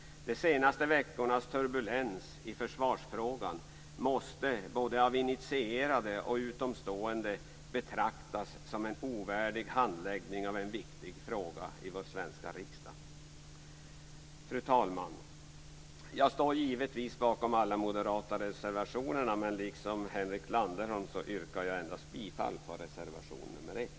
De senaste veckornas turbulens i försvarsfrågan måste av både initierade och utomstående betraktas som en ovärdig handläggning av en viktig fråga i vår svenska riksdag. Fru talman! Jag står givetvis bakom alla de moderata reservationerna, men liksom Henrik Landerholm yrkar jag bifall endast till reservation 1.